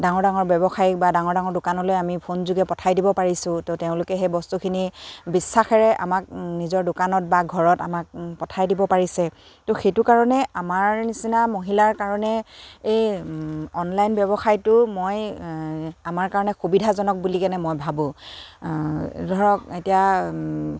ডাঙৰ ডাঙৰ ব্যৱসায়ী বা ডাঙৰ ডাঙৰ দোকানলৈ আমি ফোনযোগে পঠাই দিব পাৰিছোঁ ত' তেওঁলোকে সেই বস্তুখিনি বিশ্বাসেৰে আমাক নিজৰ দোকানত বা ঘৰত আমাক পঠাই দিব পাৰিছে ত' সেইটো কাৰণে আমাৰ নিচিনা মহিলাৰ কাৰণে এই অনলাইন ব্যৱসায়টো মই আমাৰ কাৰণে সুবিধাজনক বুলি কেনে মই ভাবোঁ ধৰক এতিয়া